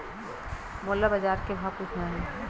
मोला बजार के भाव पूछना हे?